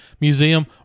Museum